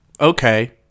Okay